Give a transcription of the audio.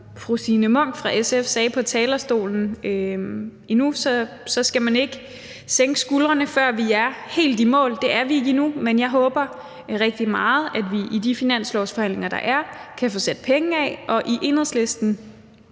fru Signe Munk fra SF sagde på talerstolen skal man ikke sænke skuldrene, før vi er helt i mål. Det er vi ikke endnu, men jeg håber rigtig meget, at vi i de finanslovsforhandlinger, der er, kan få sat penge af. Og i Enhedslisten